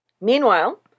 Meanwhile